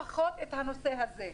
לפחות את הנושא הזה.